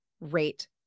rate